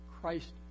Christ